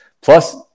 Plus